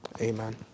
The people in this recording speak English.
Amen